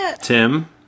Tim